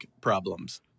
problems